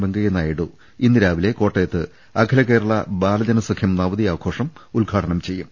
വെങ്കയ്യ നായിഡു ഇന്ന് രാവിലെ കോട്ടയത്ത് അഖില കേരള ബാലജനസഖ്യം നവതി ആഘോഷം ഉദ്ഘാടനം ചെയ്യും